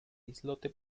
islote